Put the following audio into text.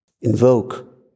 invoke